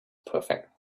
perfect